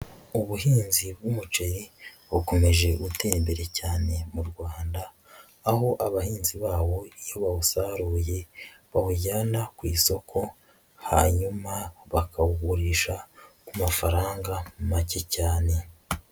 Ubuhinzi bw'umuceri bukomeje gutera imbere cyane mu Rwanda, aho abahinzi ba wo iyo bawusaruye bawujyana ku isoko hanyuma bakawugurisha ku mafaranga make cyane.